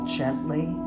gently